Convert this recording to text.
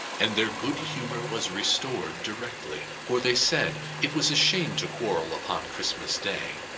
and their good humour was restored directly. for they said, it was a shame to quarrel upon christmas day.